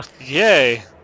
Yay